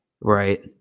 Right